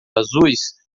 azuis